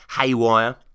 haywire